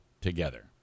together